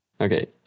Okay